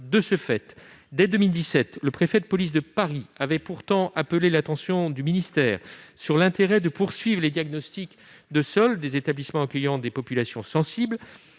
des sols. Dès 2017, le préfet de police de Paris avait pourtant appelé l'attention du ministère sur l'intérêt de poursuivre les diagnostics de sols des établissements accueillant des populations sensibles,